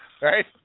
Right